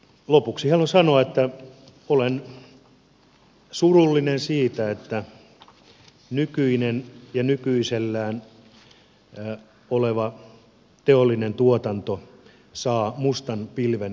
lopuksi haluan sanoa että olen surullinen siitä että nykyinen ja nykyisellään oleva teollinen tuotanto saa mustan pilven ylleen